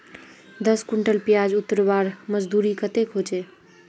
दस कुंटल प्याज उतरवार मजदूरी कतेक होचए?